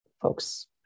folks